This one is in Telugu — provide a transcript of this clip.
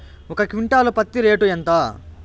ఒక క్వింటాలు పత్తి రేటు ఎంత?